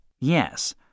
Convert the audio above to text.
Yes